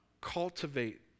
Cultivate